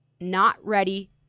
not-ready